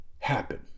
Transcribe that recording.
Happen